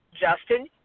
Justin